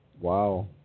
Wow